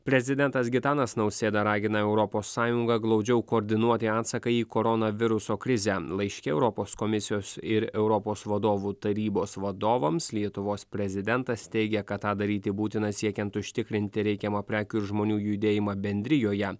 prezidentas gitanas nausėda ragina europos sąjungą glaudžiau koordinuoti atsaką į koronaviruso krizę laiške europos komisijos ir europos vadovų tarybos vadovams lietuvos prezidentas teigė kad tą daryti būtina siekiant užtikrinti reikiamą prekių ir žmonių judėjimą bendrijoje